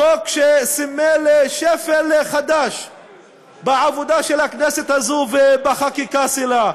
החוק שסימל שפל חדש בעבודה של הכנסת הזאת ובחקיקה שלה,